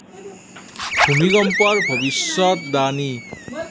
ভূমিকম্পৰ ভৱিষ্যদ্বাণী